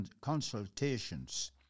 consultations